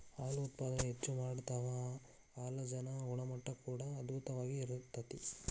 ಹಾಲು ಉತ್ಪಾದನೆ ಹೆಚ್ಚ ಮಾಡತಾವ ಹಾಲಜನ ಗುಣಮಟ್ಟಾ ಕೂಡಾ ಅಧ್ಬುತವಾಗಿ ಇರತತಿ